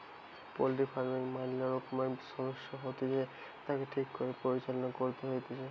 poultry farming ম্যালা রকমের সমস্যা হতিছে, তাকে ঠিক করে পরিচালনা করতে হইতিছে